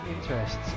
Interests